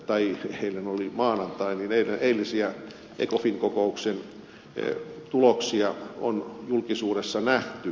tai heillä oli maanantain nyt eilisiä ecofin kokouksen tuloksia on julkisuudessa nähty